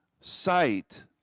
sight